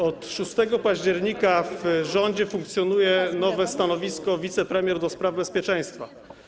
Od 6 października w rządzie funkcjonuje nowe stanowisko: wicepremier do spraw bezpieczeństwa.